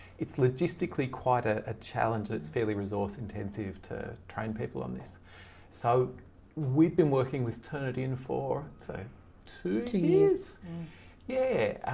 it's logistically quite a ah challenge. it's fairly resource-intensive to train people on this so we've been working with turnitin for two two years, yeah,